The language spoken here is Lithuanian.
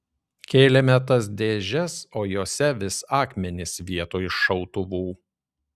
kėlėme tas dėžes o jose vis akmenys vietoj šautuvų